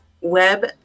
web